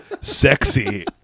Sexy